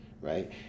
right